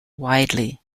widely